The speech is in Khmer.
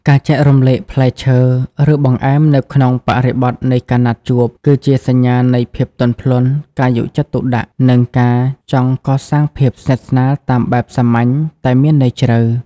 ការចែករំលែកផ្លែឈើ ឬបង្អែមនៅក្នុងបរិបទនៃការណាត់ជួប គឺជាសញ្ញានៃភាពទន់ភ្លន់ ការយកចិត្តទុកដាក់ និងការចង់កសាងភាពស្និទ្ធស្នាលតាមបែបសាមញ្ញតែមានន័យជ្រៅ។